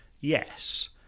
yes